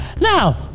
Now